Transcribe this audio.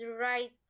right